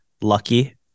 lucky